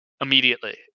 immediately